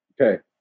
Okay